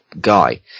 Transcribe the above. guy